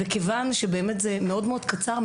כיוון שזה באמת מאוד-מאוד קצר,